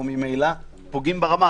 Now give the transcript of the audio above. הרי ממילא אנחנו פוגעים ברמה.